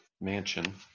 mansion